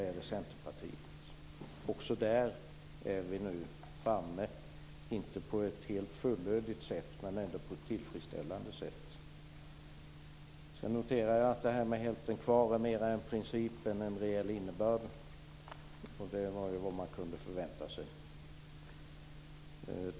Vi har nått fram, dock inte på ett fullödigt men ändå tillfredsställande sätt. Jag noterar att hälften kvar är mer en princip än en reell innebörd. Det är vad man kunde förvänta sig.